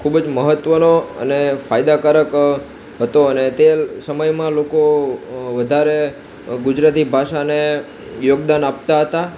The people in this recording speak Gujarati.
ખૂબ જ મહત્ત્વનો અને ફાયદાકારક હતો અને તે સમયમાં લોકો વધારે ગુજરાતી ભાષાને યોગદાન આપતા હતા